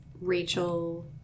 Rachel